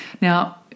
Now